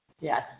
Yes